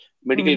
Medical